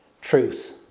truth